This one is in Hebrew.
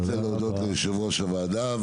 אני רוצה להודות ליושב-ראש הוועדה,